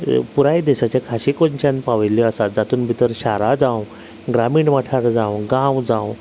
पुराय देशाच्या खाची कोनश्यान पावयिल्ल्यो आसात जातून भितर शारां जांव ग्रामीण वाठार जांव गांव जांव